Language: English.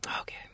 Okay